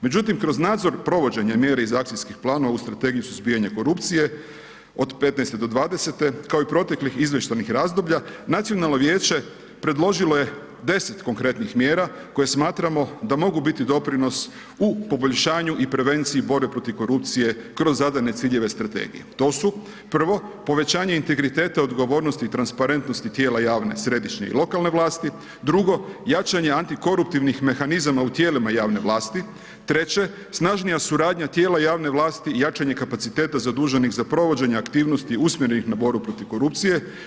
Međutim, kroz nadzor provođenje mjere iz akcijskih planova u strategiju suzbijanja korupcije od '15.-'20. kao i proteklih izvještajnih razdoblja, Nacionalno vijeće, predložilo je 10 konkretnih mjera, koje smatramo da mogu biti doprinos u poboljšanju i prevenciji u borbi protiv korupcije kroz zadane ciljeve i strategije, to su prvo, povećanje integriteta odgovornosti i transparentnosti tijela javne i središnje, lokalne vlasti, drugo, jačanje antikoruptivnih mehanizama u tijelima javne vlasti, treće, snažnija suradnja tijela javne vlasti i jačanje kapaciteta, zaduženih za provođenje aktivnosti, usmjerenih na borbu protiv korupcije.